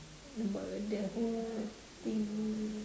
about the whole thing